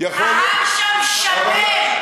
ההר שם שמם,